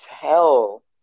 tell